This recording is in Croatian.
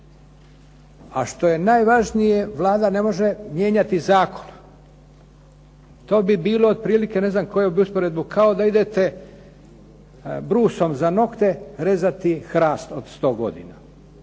A što je najvažnije Vlada ne može mijenjati zakon. To bi otprilike, ne znam koju bi usporedbu, kao da idete brusom za nokte rezati hrast od 100 godina.